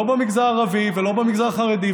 לא במגזר הערבי ולא במגזר החרדי,